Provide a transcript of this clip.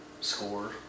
score